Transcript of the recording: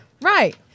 right